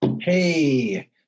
Hey